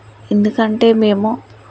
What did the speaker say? ఎందుకంటే మేము